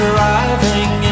Driving